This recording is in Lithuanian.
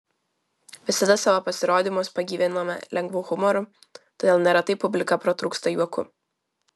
visada savo pasirodymus pagyviname lengvu humoru todėl neretai publika pratrūksta juoku